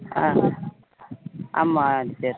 ஆ ஆமாம் சரி